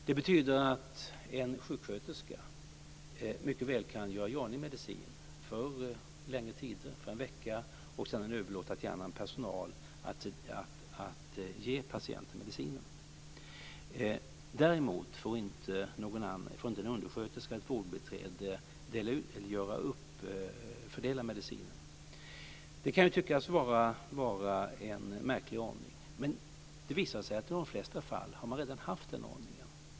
Det betyder att en sjuksköterska mycket väl kan göra i ordning medicin för en längre tid, för en vecka, och sedan överlåta till annan personal att ge patienten medicinen. Däremot får inte en undersköterska eller ett vårdbiträde fördela medicinen. Detta kan tyckas vara en märklig ordning men det visar sig att i de flesta fall har man redan haft den ordningen.